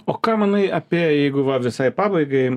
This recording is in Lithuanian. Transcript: o ką manai apie jeigu va visai pabaigai